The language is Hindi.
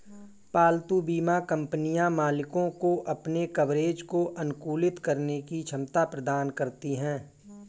पालतू बीमा कंपनियां मालिकों को अपने कवरेज को अनुकूलित करने की क्षमता प्रदान करती हैं